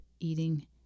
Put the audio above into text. eating